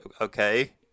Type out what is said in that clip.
okay